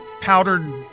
powdered